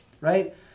right